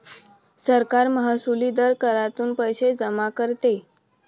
सरकार महसुली दर करातून पैसे जमा करते